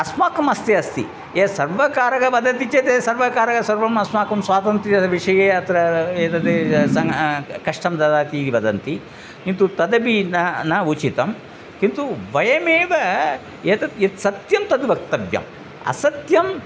अस्माकम् हस्ते अस्ति ये सर्वकारः वदति चेत् सर्वकारः सर्वम् अस्माकं स्वातन्त्र्यविषये अत्र एतत् कष्टं ददाति इ वदन्ति किन्तु तदपि न न उचितं किन्तु वयमेव यत् यत् सत्यं तद् वक्तव्यम् असत्यम्